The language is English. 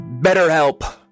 BetterHelp